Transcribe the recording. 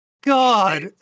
God